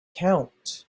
count